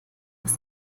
was